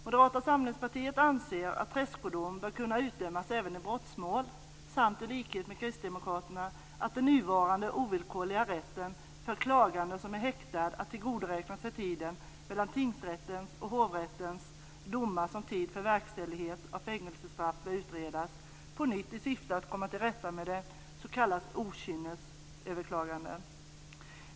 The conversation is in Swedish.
Moderata samlingspartiet anser att tredskodom bör kunna utdömas även i brottmål samt i likhet med Kristdemokraterna att den nuvarande ovillkorliga rätten för klagande som är häktad att tillgodoräkna sig tiden mellan tingsrättens och hovrättens domar som tid för verkställighet av fängelsestraff bör utredas på nytt i syfte att komma till rätta med s.k. okynnesöverklaganden.